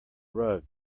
rug